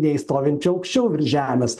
nei stovinčių aukščiau virš žemės